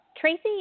Tracy